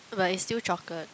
but it's still chocolate